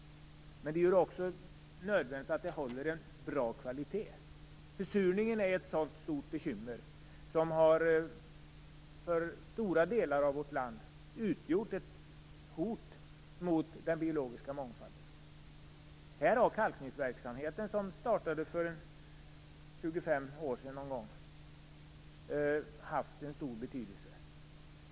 Men det är nödvändigt att vattnet håller en bra kvalitet. Försurningen är ett stort bekymmer som för stora delar av vårt land har utgjort ett hot mot den biologiska mångfalden. Kalkningsverksamheten, som startade för ungefär 25 år sedan, har haft en stor betydelse.